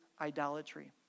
idolatry